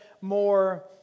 more